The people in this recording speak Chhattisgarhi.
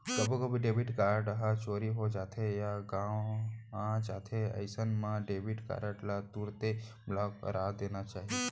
कभू कभू डेबिट कारड ह चोरी हो जाथे या गवॉं जाथे अइसन मन डेबिट कारड ल तुरते ब्लॉक करा देना चाही